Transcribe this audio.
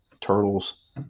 turtles